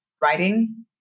writing